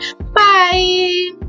Bye